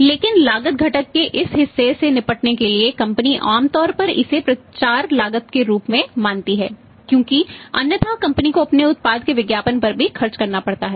लेकिन लागत घटक के इस हिस्से से निपटने के लिए कंपनी आमतौर पर इसे प्रचार लागत के रूप में मानती हैं क्योंकि अन्यथा कंपनी को अपने उत्पाद के विज्ञापन पर भी खर्च करना पड़ता है